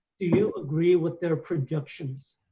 do you agree with their projections?